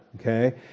Okay